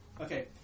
Okay